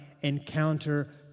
encounter